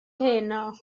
heno